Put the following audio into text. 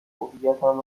هویتم